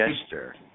gesture